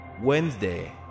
Wednesday